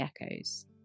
echoes